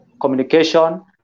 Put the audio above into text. communication